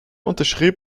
unterschrieb